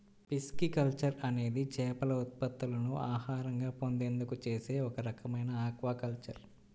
pisciculture అనేది చేపల ఉత్పత్తులను ఆహారంగా పొందేందుకు చేసే ఒక రకమైన ఆక్వాకల్చర్